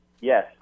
Yes